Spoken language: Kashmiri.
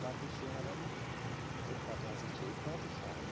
بَتہٕ شہرَن تہٕ پَتہٕ ہسا چھِ أسۍ بَتہٕ کھٮ۪وان